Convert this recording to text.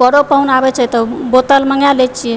परो पाहुन आबए छै तऽ बोतल मङ्गाए लए छिऐ